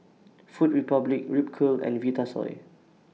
Food Republic Ripcurl and Vitasoy